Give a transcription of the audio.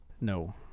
No